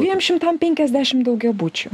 dviem šimtam penkiasdešimt daugiabučių